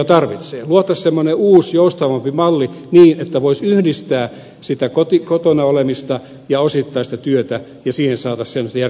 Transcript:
luotaisiin semmoinen uusi joustavampi malli niin että voisi yhdistää sitä kotona olemista ja osittaista työtä ja siihen saataisiin sellaista järkevää tukimallia